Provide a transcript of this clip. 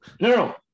no